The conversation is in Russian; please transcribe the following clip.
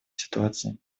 ситуации